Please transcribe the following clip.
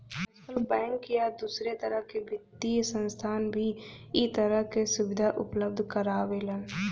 आजकल बैंक या दूसरे तरह क वित्तीय संस्थान भी इ तरह क सुविधा उपलब्ध करावेलन